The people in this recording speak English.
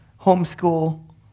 homeschool